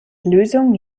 lösung